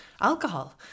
alcohol